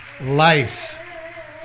life